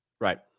Right